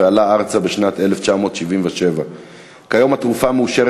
ועלה ארצה בשנת 1977. כיום התרופה מאושרת